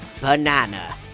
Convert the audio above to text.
banana